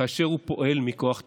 כאשר הוא פועל מכוח תפקידו.